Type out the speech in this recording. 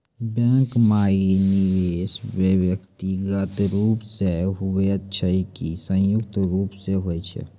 Bank माई निवेश व्यक्तिगत रूप से हुए छै की संयुक्त रूप से होय छै?